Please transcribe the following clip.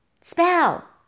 spell